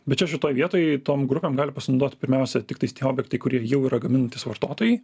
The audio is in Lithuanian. bet čia šitoj vietoj tom grupėm gali pasinaudot pirmiausia tiktais tie objektai kurie jau yra gaminantys vartotojai